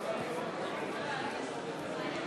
דוד אזולאי,